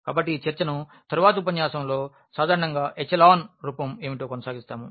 కాబట్టి ఈ చర్చను తరువాతి ఉపన్యాసంలో సాధారణంగా ఎచెలాన్ రూపం ఏమిటో కొనసాగిస్తాము